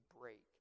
break